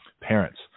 Parents